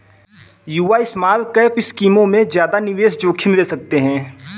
युवा स्मॉलकैप स्कीमों में ज्यादा निवेश जोखिम ले सकते हैं